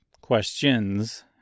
questions